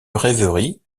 rêverie